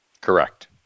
Correct